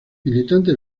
militante